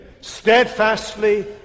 steadfastly